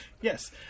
Yes